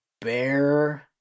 Bear